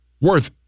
Worth